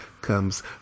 comes